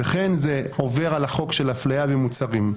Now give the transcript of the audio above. וכן זה עובר על החוק של אפליה במוצרים.